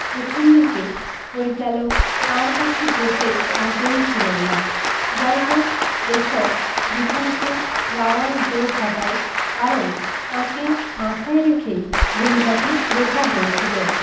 প্রথমদিকে পরিচালক তাঁর কাছে যেতে আগ্রহী ছিলেন না যাইহোক লেখক বিপুল কে রাওয়াল জোর খাটায় কারণ তাঁকে মাথায় রেখেই ভূমিকাটি লেখা হয়েছিল